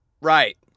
Right